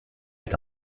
est